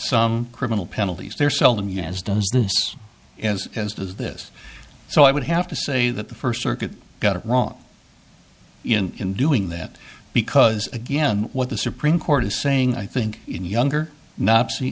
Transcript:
some criminal penalties there seldom you has done as as does this so i would have to say that the first circuit got it wrong in doing that because again what the supreme court is saying i think even younger n